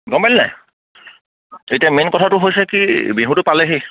গম পালি নে নাই এতিয়া মেইন কথাটো হৈছে কি বিহুটো পালেহি